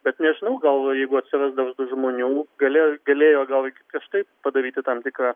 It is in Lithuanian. bet nežinau gal jeigu atsiras daugiau žmonių galėjo galėjo gal kažtaip padaryti tam tikrą